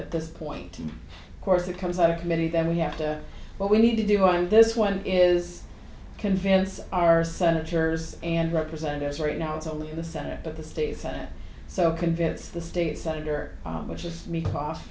at this point of course it comes out of committee that we have to what we need to do on this one is convince our senators and representatives right now it's only in the senate but the state senate so convince the state senator which is